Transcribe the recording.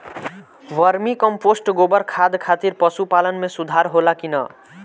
Vermi compost गोबर खाद खातिर पशु पालन में सुधार होला कि न?